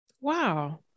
wow